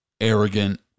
arrogant